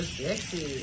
sexy